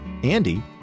Andy